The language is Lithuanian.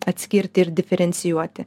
atskirti ir diferencijuoti